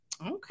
Okay